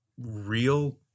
Real